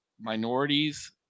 minorities